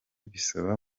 bisaba